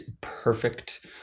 perfect